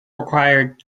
required